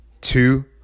two